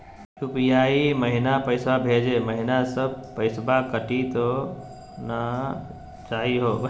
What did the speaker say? UPI महिना पैसवा भेजै महिना सब पैसवा कटी त नै जाही हो?